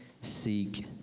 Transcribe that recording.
seek